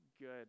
good